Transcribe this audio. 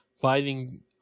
fighting